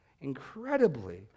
incredibly